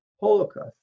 Holocaust